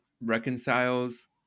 reconciles